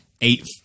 eight